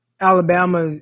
Alabama